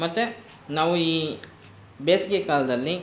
ಮತ್ತೆ ನಾವು ಈ ಬೇಸಿಗೆ ಕಾಲದಲ್ಲಿ